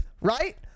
right